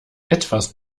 etwas